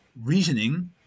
reasoning